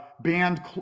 banned